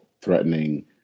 threatening